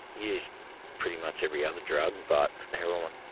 used pretty much every other drug but heroin